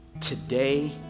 Today